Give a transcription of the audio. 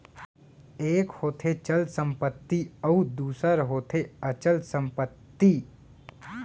एक होथे चल संपत्ति अउ दूसर होथे अचल संपत्ति